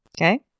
Okay